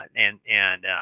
and and